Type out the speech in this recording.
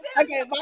Okay